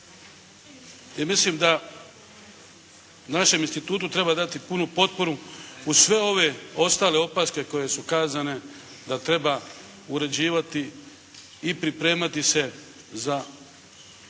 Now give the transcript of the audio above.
I mislim da našem institutu treba dati punu potporu uz sve ove ostale opaske koje su kazane da treba uređivati i pripremati se za